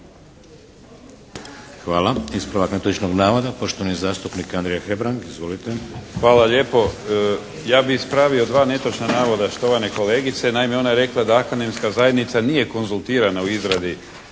Hvala. Ispravak netočnog navoda poštovani zastupnik Andrija Hebrang. Izvolite. **Hebrang, Andrija (HDZ)** Hvala lijepo. Ja bih ispravio dva netočna navoda štovane kolegice. Naime, ona je rekla da akademska zajednica nije konzultirana u izradi